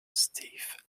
steve